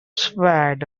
swayed